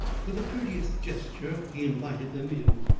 with a courteous gesture he invited them in,